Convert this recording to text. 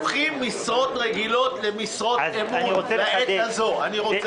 למה הופכים משרות רגילות למשרות אמון בעת הזאת?